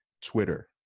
Twitter